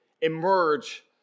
emerge